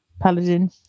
paladin